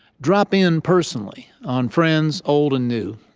drop in personally on friends, old and new.